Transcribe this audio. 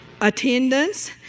attendance